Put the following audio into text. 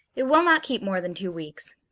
it will not keep more than two weeks.